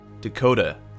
Dakota